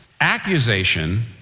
Accusation